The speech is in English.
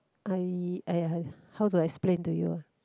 I !aiya! how to explain to you uh